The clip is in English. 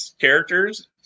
characters